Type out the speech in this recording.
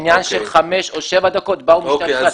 עניין של חמש או שבע דקות, באו משטרת ישראל.